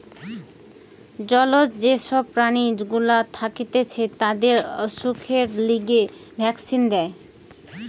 জলজ যে সব প্রাণী গুলা থাকতিছে তাদের অসুখের লিগে ভ্যাক্সিন দেয়